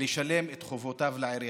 לשלם את חובותיו לעירייה.